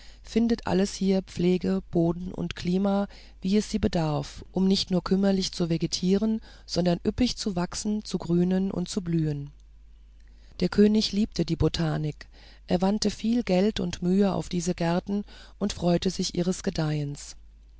findet alles hier pflege boden und klima wie es sie bedarf um nicht nur kümmerlich zu vegetieren sondern üppig zu wachsen zu grünen und zu blühen der könig liebte die botanik er wandte viel geld und mühe auf diese gärten und freute sich ihres gedeihens